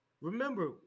Remember